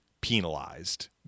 penalized